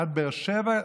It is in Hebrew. עד באר שבע,